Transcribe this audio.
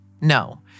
No